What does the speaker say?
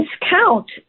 discount